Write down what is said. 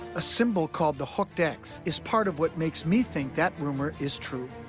a symbol called the hooked x is part of what makes me think that rumor is true.